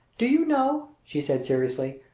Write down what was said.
do you know, she said seriously,